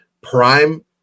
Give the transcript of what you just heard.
prime